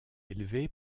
élevé